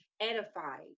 edified